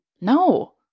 No